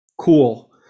cool